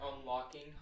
unlocking